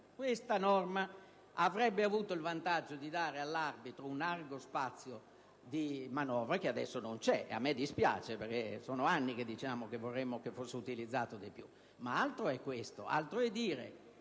Tale norma avrebbe avuto il vantaggio di dare all'arbitro un largo spazio di manovra, che adesso non c'è e a me dispiace perché sono anni che diciamo che vorremmo che tale istituto venisse utilizzato di più. Ma una cosa è dire questo, altro è